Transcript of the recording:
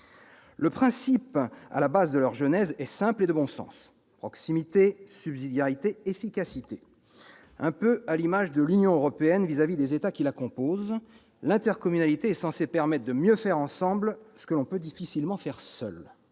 Les principes à la base de leur genèse sont simples et de bon sens : proximité, subsidiarité, efficacité. Un peu à l'image du rôle que joue l'Union européenne à l'égard des États qui la composent, l'intercommunalité est censée permettre de mieux faire ensemble ce que l'on peut difficilement faire seul.